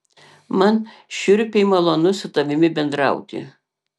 man šiurpiai malonu su tavimi bendrauti